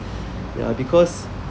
ya because